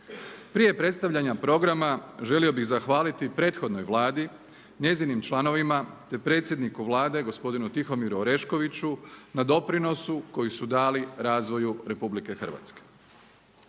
Prije predstavljanja programa želio bih zahvaliti prethodnoj Vladi, njezinim članovima, te predsjedniku Vlade gospodinu Tihomiru Oreškoviću na doprinosu koji su dali razvoju Republike Hrvatske.